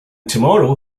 tomorrow